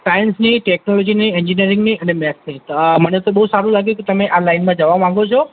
સાયન્સની ટેકનોલોજીની એન્જિનીયરિંગની અને મેથ્સની મને તો બહુ સારું લાગ્યું કે તમે આ લાઈનમાં જવા માગો છો